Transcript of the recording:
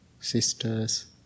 sisters